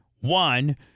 one